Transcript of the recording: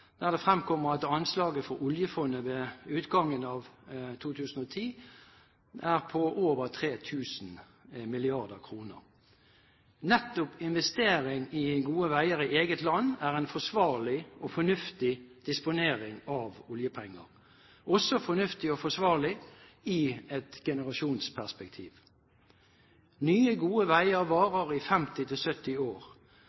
at anslaget for oljefondet ved utgangen av 2010 er på over 3 000 mrd. kr. Nettopp investering i gode veier i eget land er en forsvarlig og fornuftig disponering av oljepenger – også fornuftig og forsvarlig i et generasjonsperspektiv. Nye, gode veier